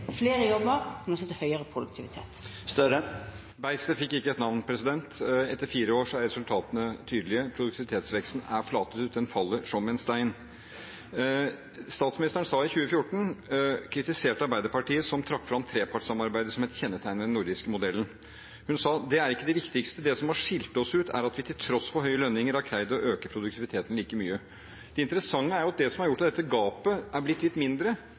flere jobber, men også til høyere produktivitet. Beistet fikk ikke et navn. Etter fire år er resultatene tydelige. Produktivitetsveksten har flatet ut. Den faller som en stein. Statsministeren kritiserte i 2014 Arbeiderpartiet som trakk fram trepartssamarbeidet som et kjennetegn ved den nordiske modellen. Hun sa: «Men det er ikke det viktigste. Det som har skilt oss ut, er at vi til tross for høye lønninger har greid å øke produktiviteten like mye.» Det interessante er at det som har gjort at dette gapet er blitt litt mindre,